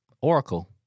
oracle